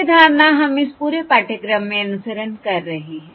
यह धारणा हम इस पूरे पाठ्यक्रम में अनुसरण कर रहे हैं